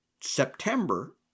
September